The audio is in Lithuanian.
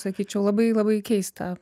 sakyčiau labai labai keista